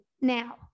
now